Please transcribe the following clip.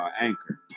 Anchor